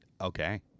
Okay